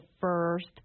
first